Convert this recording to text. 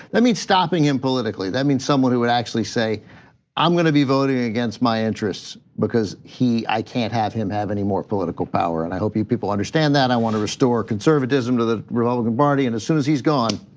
that means stopping in politically, that means someone who would actually say i'm gonna be voting against my interests, because i can't have him have any more political power. and i hope people understand that. i want to restore conservatism to the republican party, and as soon as he's gone,